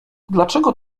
dlaczego